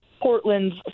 Portland's